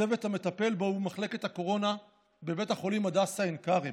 הצוות המטפל בו הוא מחלקת הקורונה בבית החולים הדסה עין כרם.